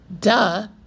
Duh